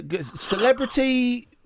celebrity